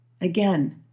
Again